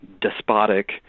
despotic